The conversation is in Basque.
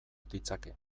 ditzake